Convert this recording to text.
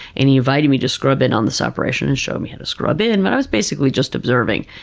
and he invited me to scrub in on this operation, and showed me how to scrub in, and but i was basically just observing.